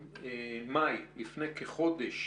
במאי, לפני כחודש,